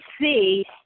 see